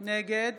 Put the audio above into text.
נגד